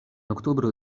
oktobro